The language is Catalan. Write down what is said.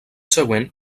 següent